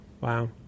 Wow